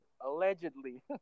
allegedly